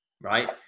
right